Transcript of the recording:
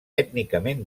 ètnicament